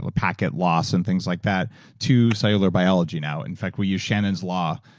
ah packet loss and things like that to cellular biology now. in fact, we use shannon's law,